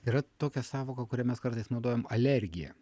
yra tokia sąvoka kurią mes kartais naudojam alergija